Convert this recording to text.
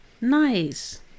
Nice